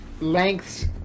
lengths